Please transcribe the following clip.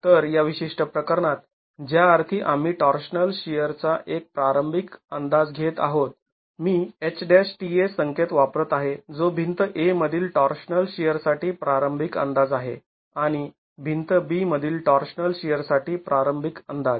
तर या विशिष्ट प्रकरणात ज्याअर्थी आम्ही टॉर्शनल शिअरचा एक प्रारंभिक अंदाज घेत आहोत मी H'tA संकेत वापरत आहे जो भिंत A मधील टॉर्शनल शिअरसाठी प्रारंभिक अंदाज आहे आणि भिंत B मधील टॉर्शनल शिअरसाठी प्रारंभिक अंदाज